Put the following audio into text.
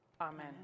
Amen